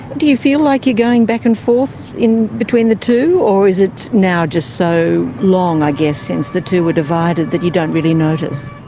do you feel like you're going back and forth in between the two? or is it now just so long, i guess, since the two were divided that you don't really notice?